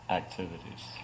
activities